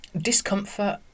discomfort